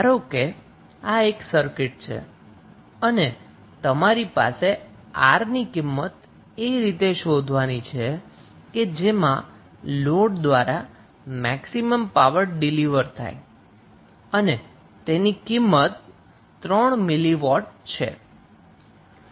ધારો કે આ એક સર્કિટ છે અને તમારી પાસે R ની કિંમત એ રીતે શોધવી છે કે જેમાં લોડ દ્વારા મેક્સિમમ પાવર ડિલિવર થાય અને તેની કિંમત 3મિલિ વોટ છે